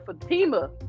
Fatima